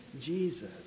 Jesus